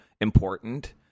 important